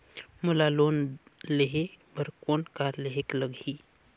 मोला लोन लेहे बर कौन का देहेक लगही?